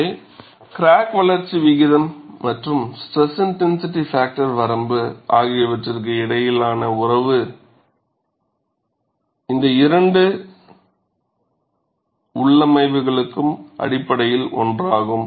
எனவே கிராக் வளர்ச்சி விகிதம் மற்றும் ஸ்ட்ரெஸ் இன்டென்சிட்டி பாக்டர் வரம்பு ஆகியவற்றுக்கு இடையிலான உறவு இந்த இரண்டு ஏற்றுதல் உள்ளமைவுகளுக்கும் அடிப்படையில் ஒன்றாகும்